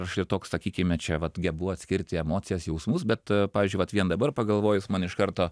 aš ir toks sakykime čia vat gebu atskirti emocijas jausmus bet pavyzdžiui vat vien dabar pagalvojus man iš karto